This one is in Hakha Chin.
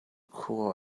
khua